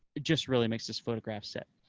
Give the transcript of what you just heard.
just really makes this photograph set.